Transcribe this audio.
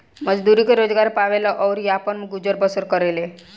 मजदूरी के रोजगार पावेले अउरी आपन गुजर बसर करेले